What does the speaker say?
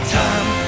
time